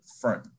front